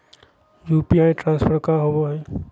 UPI transfer का होव हई?